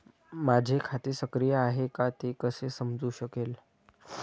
माझे खाते सक्रिय आहे का ते कसे समजू शकेल?